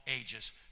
ages